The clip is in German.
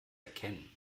erkennen